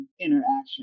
interaction